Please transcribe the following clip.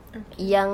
okay